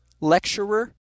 Lecturer